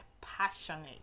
passionate